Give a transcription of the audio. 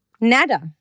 nada